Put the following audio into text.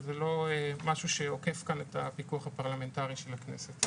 זה לא משהו שעוקף כאן את הפיקוח הפרלמנטרי של הכנסת.